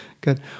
Good